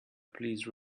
please